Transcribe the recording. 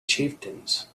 chieftains